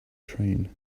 train